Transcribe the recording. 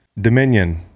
Dominion